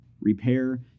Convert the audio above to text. repair